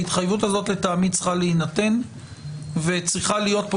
ההתחייבות הזאת לטעמי צריכה להינתן וצריכה להיות כאן